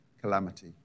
calamity